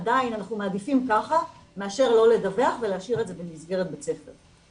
עדיין אנחנו מעדיפים ככה מאשר לא לדווח ולהשאיר את זה במסגרת בית ספר.